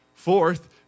Fourth